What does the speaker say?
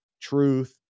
truth